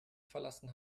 verlassen